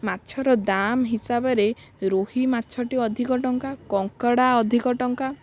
ମାଛର ଦାମ ହିସାବରେ ରୋହି ମାଛଟି ଅଧିକ ଟଙ୍କା କଙ୍କଡ଼ା ଅଧିକ ଟଙ୍କା